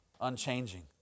unchanging